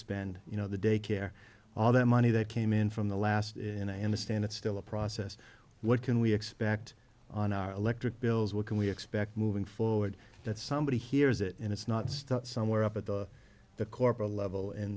spend you know the day care all that money that came in from the last in a understand it's still a process what can we expect on our electric bills what can we expect moving forward that somebody hears it and it's not start somewhere up at the the corporate level in